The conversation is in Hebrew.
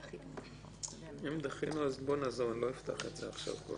אם דחינו, אני לא אפתח את זה עכשיו.